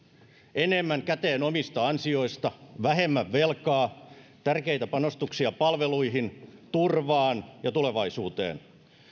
enemmän käteen omista ansioista vähemmän velkaa tärkeitä panostuksia palveluihin turvaan ja tulevaisuuteen